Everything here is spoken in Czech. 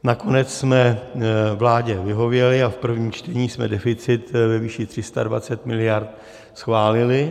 Nakonec jsme vládě vyhověli a v prvním čtení jsme deficit ve výši 320 miliard schválili.